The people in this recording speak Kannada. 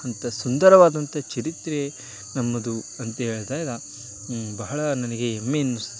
ಅಂಥ ಸುಂದರವಾದಂತಹ ಚರಿತ್ರೆ ನಮ್ಮದು ಅಂತ್ಹೇಳ್ದಾಗ ಬಹಳ ನನಗೆ ಹೆಮ್ಮೆ ಅನ್ನಿಸ್ತು